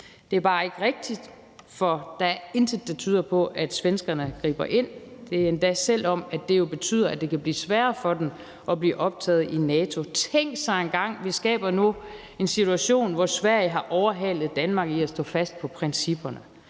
Det er bare ikke rigtigt, for der er intet, der tyder på, at svenskerne griber ind, og det er endda, selv om det betyder, at det kan blive sværere for dem at blive optaget i NATO. Tænk sig engang, vi skaber os nu en situation, hvor Sverige har overhalet Danmark i at stå fast på principperne.